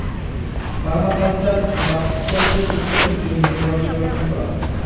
permaculture বাস্তুতন্ত্রের উন্নতির জইন্যে পর্যবেক্ষণ করাং